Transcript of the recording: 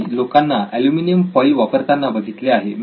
मी लोकांना aluminium foil वापरताना बघितले आहे